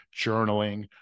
journaling